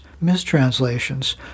mistranslations